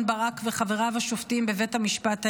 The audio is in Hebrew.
ברק וחבריו השופטים בבית המשפט העליון,